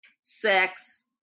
sex